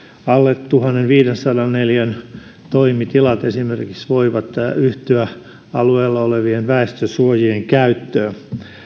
alle tuhannenviidensadan neliön toimitilat esimerkiksi voivat yhtyä alueella olevien väestönsuojien käyttöön